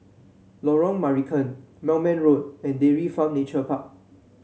Lorong Marican Moulmein Road and Dairy Farm Nature Park